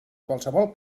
qualsevol